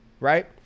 Right